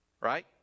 right